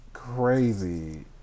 crazy